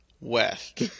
West